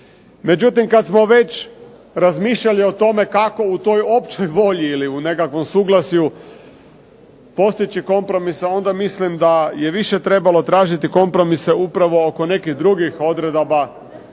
Međutim, kad smo već razmišljali o tome kako u toj općoj volji ili u nekakvom suglasju postići kompromise onda mislim da je više trebalo tražiti kompromise upravo oko nekih odredbi poput